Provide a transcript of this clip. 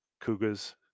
Cougars